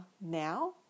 now